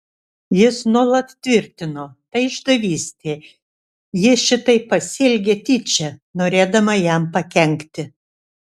jis nuolat tvirtino tai išdavystė ji šitaip pasielgė tyčia norėdama jam pakenkti